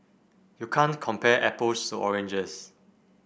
you can't compare apples to oranges